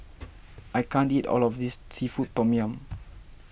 I can't eat all of this Seafood Tom Yum